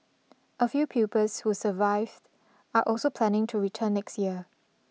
a few pupils who survived are also planning to return next year